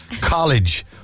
College